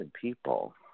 people